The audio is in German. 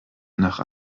nach